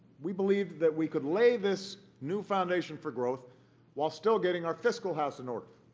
we believe that we could lay this new foundation for growth while still getting our fiscal house in order.